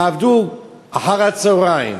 יעבדו אחר-הצהריים,